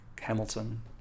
Hamilton